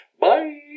bye